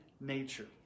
nature